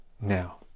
Now